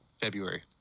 February